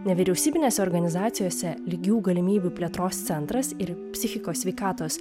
nevyriausybinėse organizacijose lygių galimybių plėtros centras ir psichikos sveikatos